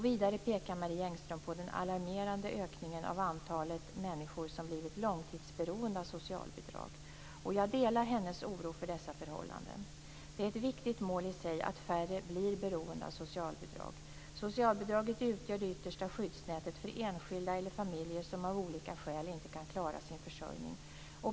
Vidare pekar Marie Engström på den alarmerande ökningen av antalet människor som blivit långtidsberoende av socialbidrag. Jag delar hennes oro för dessa förhållanden. Det är ett viktigt mål i sig att färre blir beroende av socialbidrag. Socialbidraget utgör det yttersta skyddsnätet för enskilda eller familjer som av olika skäl inte kan klara sin försörjning.